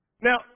Now